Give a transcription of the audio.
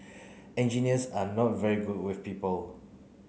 engineers are not very good with people